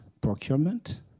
procurement